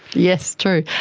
yes, true.